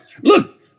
Look